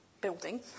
building